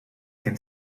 can